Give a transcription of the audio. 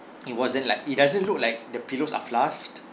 it wasn't like it doesn't look like the pillows are fluffed